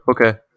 Okay